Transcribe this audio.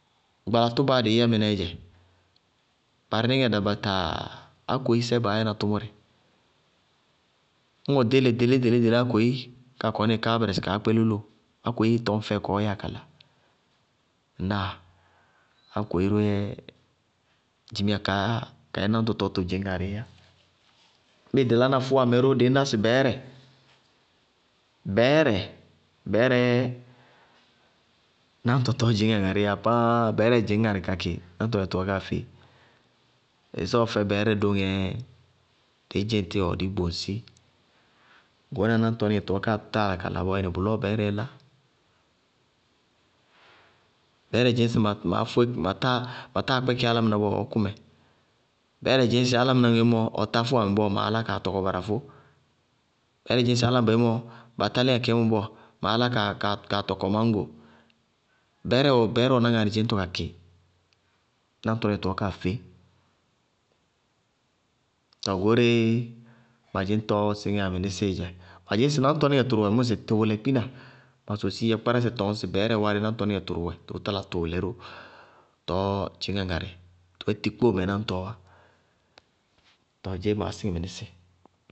Bálá tʋbaá dɩí yá mɩnɛɛ dzɛ. Barɩ nɩŋɛ dabataa, ákoyísɛɛ baá yána tʋmʋrɛ. Ñŋ ɔɖéle-ɖelé-ɖelé ákoyí tiŋ ka kɔnɩ, kaá kpé lolóo. Ákoyíi tɔñ fɛɩ kɔɔ yɛá kala. Ŋnáa? Ákoyí ró yɛ dzimiya kaá, ka yɛ náŋtɔ tɔɔ tʋ dzɩñ ŋarɩíí yá, bíɩ dɩ laná fʋwamɛ ró, dɩí sɩ ná bɛɛrɛ, bɛɛrɛ, bɛɛrɛ yɛ náŋtɔ tɔɔ dzɩñŋá ŋarɩí yá, bɛɛrɛ dzɩñ ŋarɩ ka kɩ náŋtɔnɩŋɛ tɔɔkáa feé. Ɩsɔɔ fɛ bɛɛrɛ dóŋɛ dɩí dzíŋ tíwɔ dɩí boŋsi, goóreé náŋtɔnɩŋɛ tɔɔkáa táa yála kala bɔɔyɛnɩ, bʋlɔɔ bɛɛrɛɛ lá. Bɛɛrɛ dzɩñ sɩ ma maá fóé, ma táa kpɛkɩ álámɩná bɔɔ, ɔɔ kʋ mɛ, bɛɛrɛ dzɩñ sɩ álámɩná ŋoémɔ, ɔtá fʋwamɛ bɔɔ, maá lá kaa tɔkɔ barafó. Bɛɛrɛ dzɩñ sɩ áláma bayémɔ, batá léŋáa kadzémɔ bɔɔ, maá lá kaa tɔkɔ máñgo, bɛɛrɛ wɛná ŋarɩdzɩñtɔ kakɩ náŋtɔnɩŋɛ tɔɔkáa feé, tɔɔ goóreé ma dzɩñtɔɔ síŋíyá mɩnɩsɩɩ dzɛ. Ma dzɩñ sɩ náŋtɔnɩŋɛ tʋrʋ wɛ tʋʋlɛ kpina, ma sosiiyá, kpákpárásɛ tɔñ sɩ bɛɛrɛ wárɩ náŋtɔnɩŋɛ tʋrʋ wɛ tʋrʋʋʋ talá tʋʋlɛ ró tɔɔ dzɩŋná ŋarɩ, tʋ yɛ tikpóomɛ náñtɔɔwá. Tɔɔ dzeé maá síŋɩ mɩnísíɩ.